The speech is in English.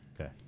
Okay